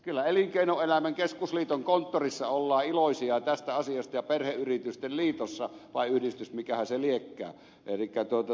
kyllä elinkeinoelämän keskusliiton konttorissa ollaan iloisia tästä asiasta ja perheyritysten liitossa vai yhdistyksessä mikähän se liekään